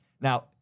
Now